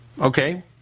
Okay